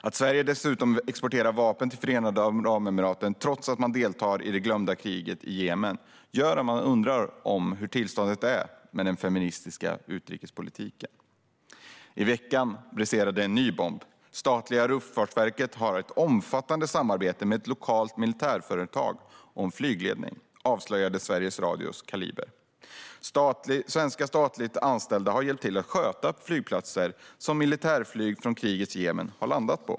Att Sverige dessutom exporterar vapen till Förenade Arabemiraten, trots att landet deltar i det glömda kriget i Jemen, gör att man undrar hur tillståndet är för den feministiska utrikespolitiken. I veckan briserade en ny bomb. I Sveriges Radios program Kaliber avslöjades att statliga Luftfartsverket har ett omfattande samarbete med ett lokalt militärföretag om flygledning. Svenska statligt anställda har hjälpt till att sköta flygplatser som militärflyg från krigets Jemen har landat på.